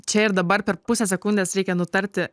čia ir dabar per pusę sekundės reikia nutarti